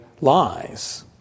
lies